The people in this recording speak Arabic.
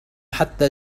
حتى